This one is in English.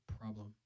problem